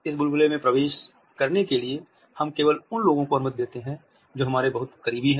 इस बुलबुले में प्रवेश करने के लिए हम केवल उन लोगों को अनुमति देते हैं जो हमारे बहुत क़रीबी हैं